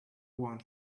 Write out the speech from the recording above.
one